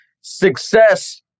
success